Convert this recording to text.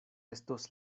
estos